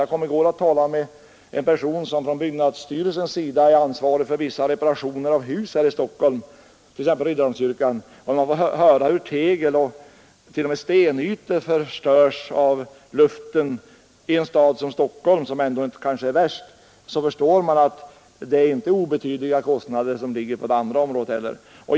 Jag talade i går med en befattningshavare i byggnadsstyrelsen som är ansvarig för vissa reparationer av byggnader här i Stockholm, t.ex. Riddarholmskyrkan. Jag fick då höra att tegel och t.o.m. stenytor förstörs av luften — och i Stockholm är det kanske ändå inte värst — och jag förstår att det inte är obetydliga kostnader det här gäller.